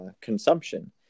consumption